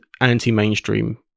anti-mainstream